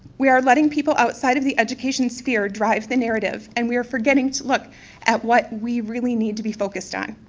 we are letting people outside the educational sphere drive the narrative, and we are forgetting to look at what we really need to be focused on,